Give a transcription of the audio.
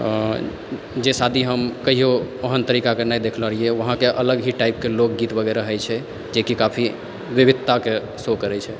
आँ जे शादी हम कहियौ ओहन तरीका कऽ नहि देखले रहिये वहाँ के अलग हि टाइप के लोकगीत वगैरह होइ छै जे कि काफी विविधता के शो करय छै